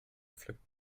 pflücken